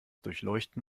durchleuchten